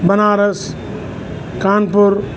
Banaras Kanpur